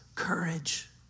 Courage